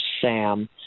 SAM